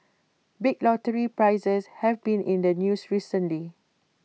big lottery prizes have been in the news recently